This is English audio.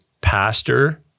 pastor